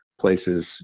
places